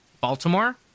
Baltimore